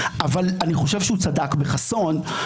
אבל אני חושב שהוא צדק בחסון.